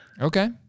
Okay